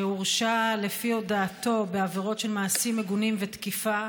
שהורשע לפי הודאתו בעבירות של מעשים מגונים ותקיפה,